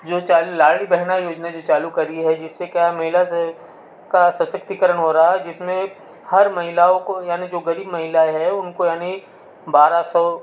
जो चालू लाड़ली बहना योजना जो चालू करी है जिससे क्या है महिला स का सशक्तिकरण हो रहा है जिसमें हर महिलाओं को जो गरीब महिलाएँ हैं उनको यानी बारह सौ